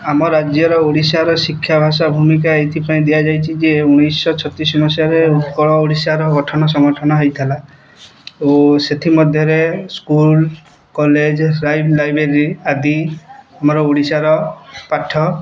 ଆମ ରାଜ୍ୟର ଓଡ଼ିଶାର ଶିକ୍ଷା ଭାଷା ଭୂମିକା ଏଥିପାଇଁ ଦିଆଯାଇଛି ଯେ ଉଣେଇଶିଶହ ଛତିଶ ମସିହାରେ ଉତ୍କଳ ଓଡ଼ିଶାର ଗଠନ ସଂଗଠନ ହେଇଥିଲା ଓ ସେଥିମଧ୍ୟରେ ସ୍କୁଲ କଲେଜ ଲାଇଭ ଲାଇବ୍ରେରୀ ଆଦି ଆମର ଓଡ଼ିଶାର ପାଠ